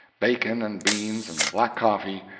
bacon and beans and black coffee,